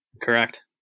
Correct